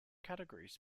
categories